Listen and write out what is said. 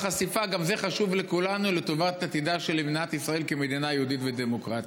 גם זה חשוב לכולנו לטובת עתידה של מדינת ישראל כמדינה יהודית ודמוקרטית.